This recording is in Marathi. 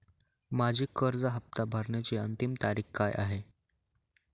माझी कर्ज हफ्ता भरण्याची अंतिम तारीख काय आहे?